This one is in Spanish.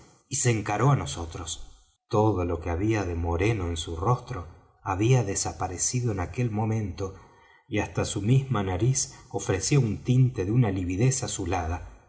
y se encaró á nosotros todo lo que había de moreno en su rostro había desaparecido en aquel momento y hasta su misma nariz ofrecía un tinte de una lividez azulada